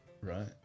Right